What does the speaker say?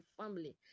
family